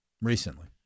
Recently